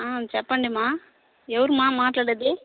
చెప్పండి మా ఎవరమ్మా మాట్లాడేది